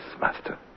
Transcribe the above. master